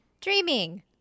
Dreaming